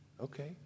Okay